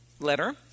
letter